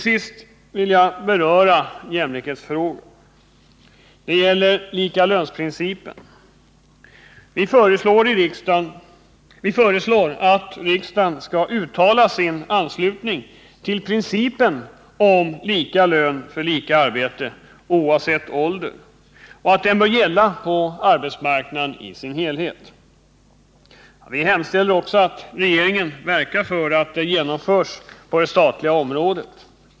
Jag vill också beröra en jämlikhetsfråga. Det gäller likalönsprincipen. Vi föreslår att riksdagen skall uttala sin anslutning till principen om lika lön för lika arbete oavsett ålder. Den principen bör gälla på arbetsmarknaden som helhet. Vi hemställer också att regeringen verkar för att den genomförs på det statliga området.